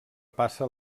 passa